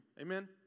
Amen